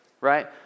right